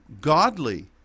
godly